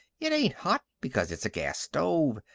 it ain't hot, because it's a gas stove.